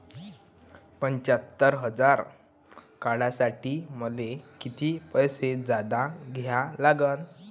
पंच्यात्तर हजार काढासाठी मले कितीक पैसे जादा द्या लागन?